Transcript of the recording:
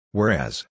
Whereas